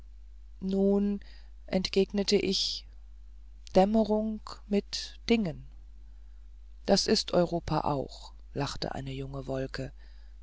nun entgegnete ich dämmerung mit dingen das ist europa auch lachte eine junge wolke